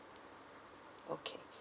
okay